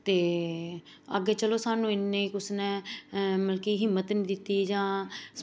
ते अग्गें चलो सानूं इन्नी कुसै नै हिम्मत निं दित्ती जां